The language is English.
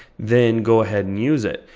then go ahead and use it.